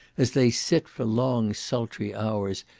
as they sit for long sultry hours,